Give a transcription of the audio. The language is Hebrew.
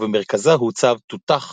ובמרכזה הוצב תותח